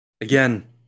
Again